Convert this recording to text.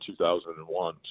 2001